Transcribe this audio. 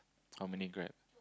how many Grab